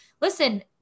listen